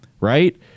right